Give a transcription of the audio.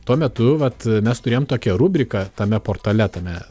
tuo metu vat mes turėjom tokią rubriką tame portale tame